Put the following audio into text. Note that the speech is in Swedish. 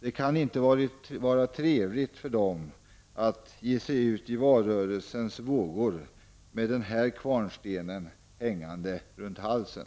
Det kan inte vara trevligt för dem att ge sig ut i valrörelsens vågor med den här kvarnstenen hängande runt halsen.